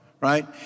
right